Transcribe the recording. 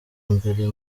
mbere